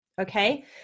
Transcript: okay